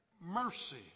mercy